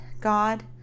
God